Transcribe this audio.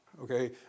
okay